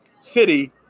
city